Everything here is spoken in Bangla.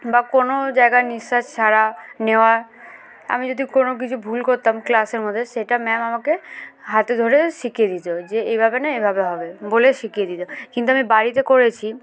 বা কোনো জায়গার নিঃশ্বাস ছাড়া নেওয়া আমি যদি কোনো কিছু ভুল করতাম ক্লাসের মধ্যে সেটা ম্যাম আমাকে হাতে ধরে শিখিয়ে দিত যে এইভাবে না এভাবে হবে বলে শিখিয়ে দিত কিন্তু আমি বাড়িতে করেছি